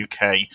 UK